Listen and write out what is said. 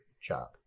job